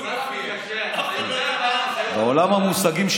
אתה לא יודע מהן.